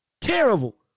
Terrible